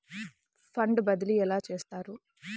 Fund బదిలీ ఎలా చేస్తారు?